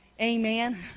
Amen